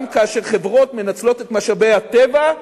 גם כאשר חברות מנצלות את משאבי הטבע,